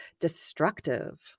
destructive